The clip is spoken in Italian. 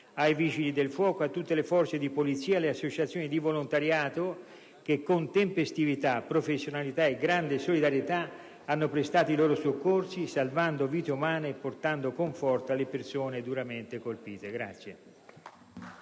ai Vigili del fuoco, a tutte le forze di polizia e alle associazioni di volontariato, che con tempestività, professionalità e grande solidarietà hanno prestato i loro soccorsi, salvando vite umane e portando conforto alle persone tanto duramente colpite.